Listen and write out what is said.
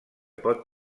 pot